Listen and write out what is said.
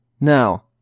Now